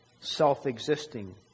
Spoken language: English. self-existing